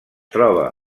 troba